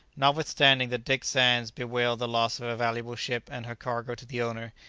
notwithstanding that dick sands bewailed the loss of a valuable ship and her cargo to the owner,